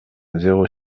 zéro